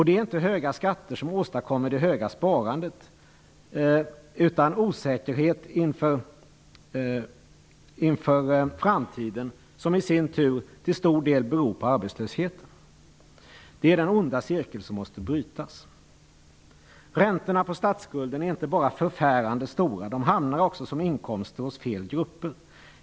Det är inte höga skatter som åstadkommer det höga sparandet utan en osäkerhet inför framtiden vilken i sin tur beror på arbetslösheten. Det är den onda cirkel som måste brytas. Räntorna på statsskulden är inte bara förfärande stora. De hamnar också såsom inkomster hos fel grupper.